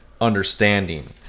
understanding